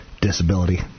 disability